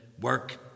work